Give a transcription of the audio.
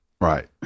right